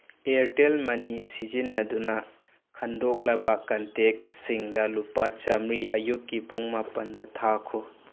ꯑꯦꯌꯔꯇꯦꯜ ꯃꯅꯤ ꯁꯤꯖꯤꯟꯅꯗꯨꯅ ꯈꯟꯗꯣꯛꯂꯕ ꯀꯟꯇꯦꯛꯁꯤꯡꯗ ꯂꯨꯄꯥ ꯆꯥꯝꯃꯔꯤ ꯑꯌꯨꯛꯀꯤ ꯄꯨꯡ ꯃꯥꯄꯟꯗ ꯊꯥꯈꯣ